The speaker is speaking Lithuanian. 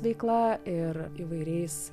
veikla ir įvairiais